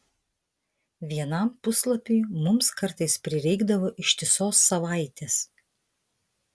vienam puslapiui mums kartais prireikdavo ištisos savaitės